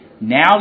Now